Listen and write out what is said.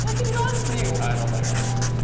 like he loves you! i don't like this.